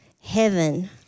heaven